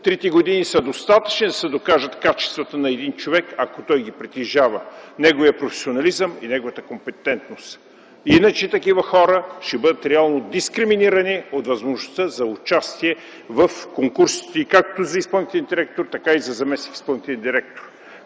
Трите години са достатъчни, за да се докажат качествата на един човек, ако той ги притежава – неговият професионализъм и неговата компетентност. Иначе такива хора ще бъдат реално дискриминирани от възможността за участие в конкурс както за изпълнителен директор, така и за заместник-изпълнителен директор.